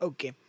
Okay